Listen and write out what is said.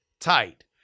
tight